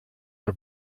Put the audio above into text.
are